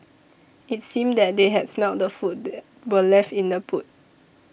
it seemed that they had smelt the food were left in the boot